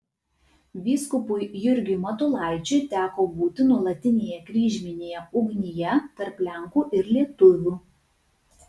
vyskupui jurgiui matulaičiui teko būti nuolatinėje kryžminėje ugnyje tarp lenkų ir lietuvių